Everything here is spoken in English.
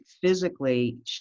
physically